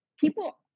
people